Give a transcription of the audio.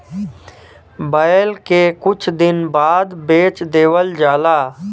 बैल के कुछ दिन बाद बेच देवल जाला